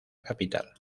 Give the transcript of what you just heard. capital